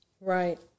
Right